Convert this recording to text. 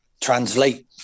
translate